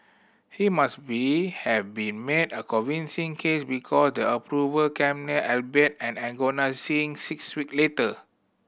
he must be have be made a convincing case because the approval came albeit an agonising six week later